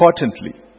importantly